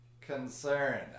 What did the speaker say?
concern